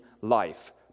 life